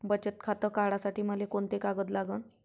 बचत खातं काढासाठी मले कोंते कागद लागन?